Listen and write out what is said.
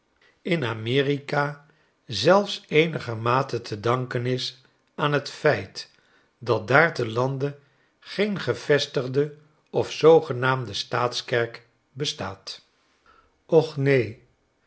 in slotopmerkingen amerika zelfs eenigermate te dankenisaan t feit dat daar te lande geen gevestigde of zoogenaamde staatskerk bestaat och neen